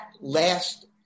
last